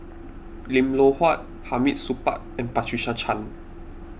Lim Loh Huat Hamid Supaat and Patricia Chan